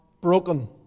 broken